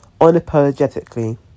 unapologetically